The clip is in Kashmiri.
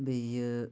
بیٚیہِ